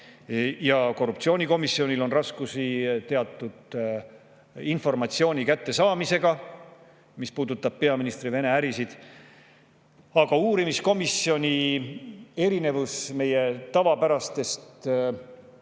Korruptsioonikomisjonil on raskusi teatud informatsiooni kättesaamisega, mis puudutab peaministri Vene ärisid. Aga uurimiskomisjoni erinevus tavapärastest